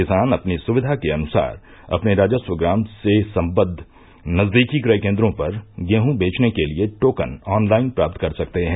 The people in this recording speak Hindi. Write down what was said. किसान अपनी सुविधा के अनुसार अपने राजस्व ग्राम से संबद्व नजदीकी क्रय केन्द्रों पर गेहूँ बेचने के लिये टोकन ऑन लाइन प्राप्त कर सकते हैं